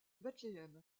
bethléem